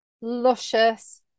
luscious